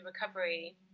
recovery